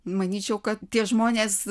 manyčiau kad tie žmonės